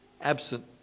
absent